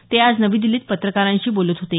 ते आज नवी दिछीत पत्रकारांशी बोलत होते